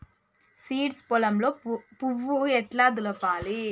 Seeds పొలంలో పువ్వు ఎట్లా దులపాలి?